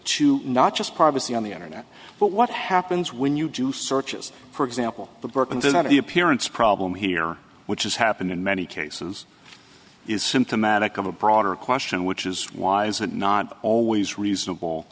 to not just privacy on the internet but what happens when you do searches for example the burtons is not the appearance problem here which has happened in many cases is symptomatic of a broader question which is why is it not always reasonable